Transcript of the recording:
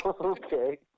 Okay